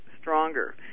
stronger